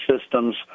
systems